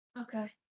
Okay